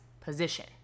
position